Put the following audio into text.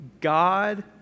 God